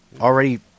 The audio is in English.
Already